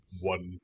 one